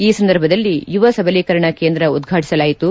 ಈ ಸಂದರ್ಭದಲ್ಲಿ ಯುವ ಸಬಲೀಕರಣ ಕೇಂದ್ರ ಉದ್ವಾಟಸಲಾಯಿತು